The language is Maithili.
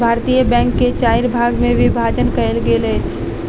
भारतीय बैंक के चाइर भाग मे विभाजन कयल गेल अछि